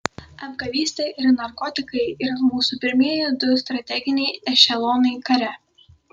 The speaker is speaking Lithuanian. apgavystė ir narkotikai yra mūsų pirmieji du strateginiai ešelonai kare